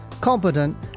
competent